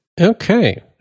Okay